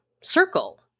circle